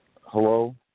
Hello